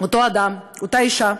ואותו אדם, אותה אישה,